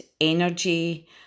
energy